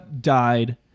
died